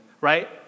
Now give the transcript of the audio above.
right